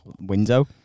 window